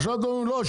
עכשיו אתם אומרים לא,